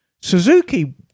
Suzuki